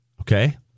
Okay